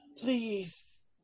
please